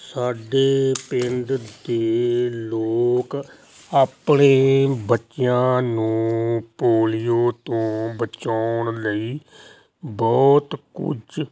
ਸਾਡੇ ਪਿੰਡ ਦੇ ਲੋਕ ਆਪਣੇ ਬੱਚਿਆਂ ਨੂੰ ਪੋਲੀਓ ਤੋਂ ਬਚਾਉਣ ਲਈ ਬਹੁਤ ਕੁਝ